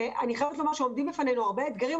אני חייבת לומר שעומדים בפנינו הרבה אתגרים,